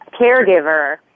caregiver